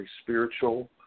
spiritual